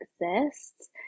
exists